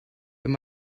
wenn